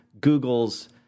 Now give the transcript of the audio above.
Google's